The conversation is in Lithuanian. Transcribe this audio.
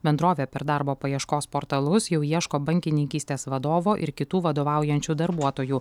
bendrovė per darbo paieškos portalus jau ieško bankininkystės vadovo ir kitų vadovaujančių darbuotojų